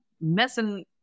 messing